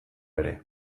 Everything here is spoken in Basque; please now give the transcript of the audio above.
ere